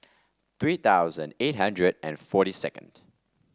three thousand eight hundred and forty second